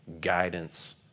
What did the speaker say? guidance